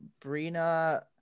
Brina